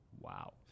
Wow